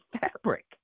fabric